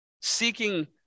seeking